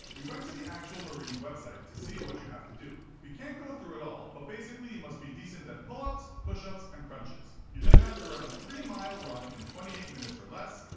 we went to the actual marine's website to see what you have to do. we can't go through it all, but basically you must be decent at pull ups, push ups and crunches. you then have to run a three-mile run in twenty eight minutes or less.